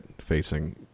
facing